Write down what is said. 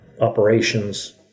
operations